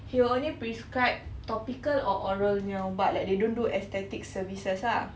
he will prescribe topical or oral punya ubat like they don't do aesthetic services ah